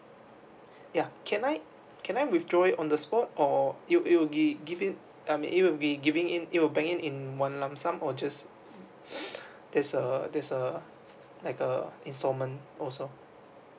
yeah can I can I withdraw it on the spot or you you give it give it I mean it will be giving in it will bank in in one lump sum or just there's a there's a like a installment also